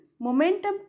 momentum